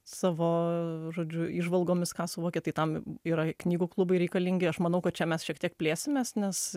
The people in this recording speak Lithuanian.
savo žodžiu įžvalgomis ką suvokė tai tam yra knygų klubai reikalingi aš manau kad čia mes šiek tiek plėsimės nes